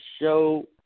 show